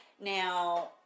now